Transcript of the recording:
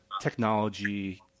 technology